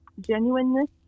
genuineness